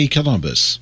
Columbus